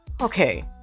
okay